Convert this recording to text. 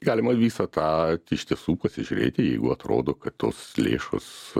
galima visą tą iš tiesų pasižiūrėti jeigu atrodo kad tos lėšos